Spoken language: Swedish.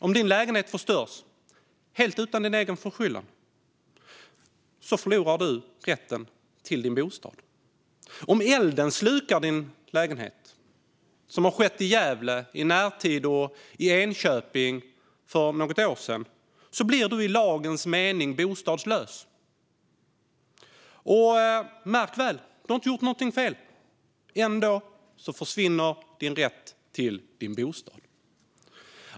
Om din lägenhet förstörs, helt utan din egen förskyllan, förlorar du rätten till din bostad. Om elden slukar din lägenhet, så som skett i Gävle i närtid och i Enköping för något år sedan, blir du i lagens mening bostadslös. Märk väl - du har inte gjort något fel, men ändå försvinner din rätt till din bostad.